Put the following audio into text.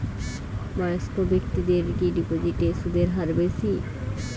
বয়স্ক ব্যেক্তিদের কি ডিপোজিটে সুদের হার বেশি?